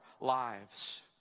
lives